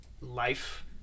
life